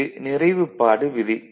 இது நிறைவுப்பாடு விதி